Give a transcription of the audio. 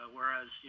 whereas